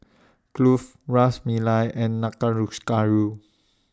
Kulfi Ras Malai and Gayu